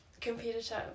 Competitive